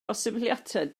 posibiliadau